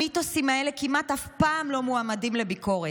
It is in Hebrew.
המיתוסים האלה כמעט אף פעם לא מועמדים לביקורת,